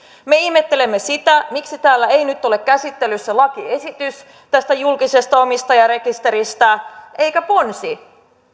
me ihmettelemme sitä miksi täällä ei nyt ole käsittelyssä lakiesitystä tästä julkisesta omistajarekisteristä vaan ponsi